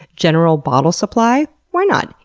general bottle supply. why not?